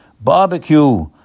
Barbecue